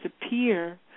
disappear